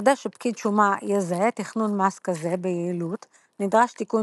כדי שפקיד שומה יזהה תכנון מס כזה ביעילות נדרש תיקון